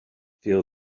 feel